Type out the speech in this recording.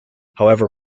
however